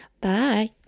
bye